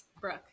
Brooke